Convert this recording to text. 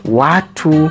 watu